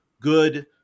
good